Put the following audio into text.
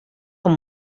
com